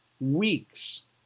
weeks